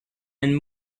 and